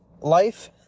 life